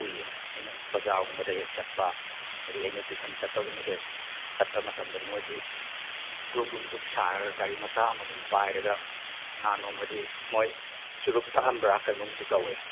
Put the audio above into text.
ꯎꯏꯌꯦ ꯑꯩꯅ ꯕꯖꯥꯔꯒꯨꯝꯕꯗ ꯍꯦꯛ ꯆꯠꯄ ꯍꯥꯏꯗꯤ ꯑꯩꯅ ꯇ꯭ꯋꯤꯁꯟ ꯆꯠꯄꯒꯨꯝꯕ ꯍꯦꯛ ꯆꯠꯄ ꯃꯇꯝꯗ ꯃꯣꯏꯁꯤ ꯒ꯭ꯔꯨꯞ ꯒ꯭ꯔꯨꯞ ꯒ꯭ꯔꯨꯞ ꯁꯥꯔꯒ ꯒꯥꯔꯤ ꯃꯆꯥ ꯑꯃꯃꯝ ꯄꯥꯏꯔꯒ ꯅꯍꯥꯟ ꯅꯣꯡꯃꯗꯤ ꯃꯣꯏ ꯆꯨꯔꯨꯞ ꯊꯛꯂꯝꯕ꯭ꯔꯥ ꯀꯩꯅꯣꯝꯁꯨ ꯇꯧꯋꯦ